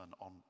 on